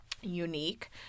unique